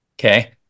Okay